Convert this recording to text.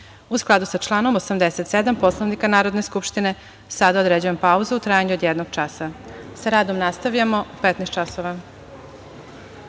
skladu sa članom 87. Poslovnika Narodne skupštine sada određujem pauzu u trajanju od jednog časa i sa radom nastavljamo u 15,00